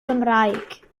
gymraeg